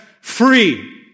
free